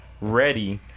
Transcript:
ready